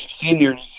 seniors